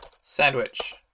sandwich